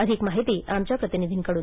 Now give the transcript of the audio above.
अधिक माहिती आमच्या प्रतिनिधीकडून